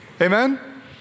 Amen